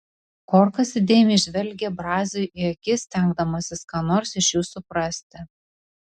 korkas įdėmiai žvelgė braziui į akis stengdamasis ką nors iš jų suprasti